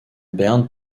berne